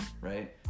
right